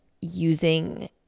using